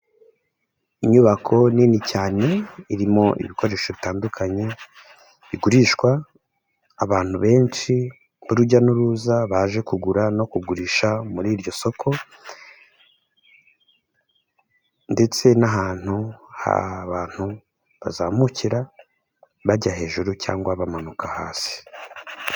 Inyubako nini cyane irimo ibikoresho bitandukanye, bigurishwa abantu benshi urujya n'uruza baje kugura no kugurisha muri iryo soko ndetse n'ahantu abantu bazamukira bajya hejuru cyangwa bamanuka hasi.